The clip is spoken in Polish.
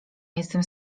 jestem